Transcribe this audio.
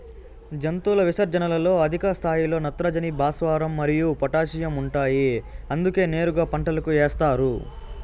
జంతువుల విసర్జనలలో అధిక స్థాయిలో నత్రజని, భాస్వరం మరియు పొటాషియం ఉంటాయి అందుకే నేరుగా పంటలకు ఏస్తారు